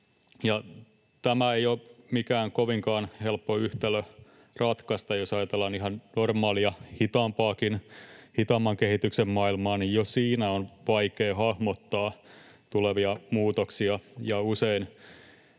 Tämä ei ole mikään kovinkaan helppo yhtälö ratkaista. Jos ajatellaan ihan normaalia hitaammankin kehityksen maailmaa, niin jo siinä on vaikea hahmottaa tulevia muutoksia,